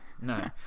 no